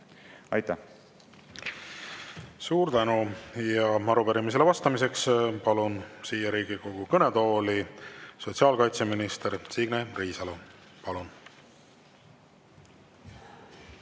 Aitäh! Suur tänu! Arupärimisele vastamiseks palun siia Riigikogu kõnetooli sotsiaalkaitseminister Signe Riisalo. Palun!